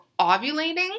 ovulating